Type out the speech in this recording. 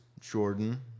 Jordan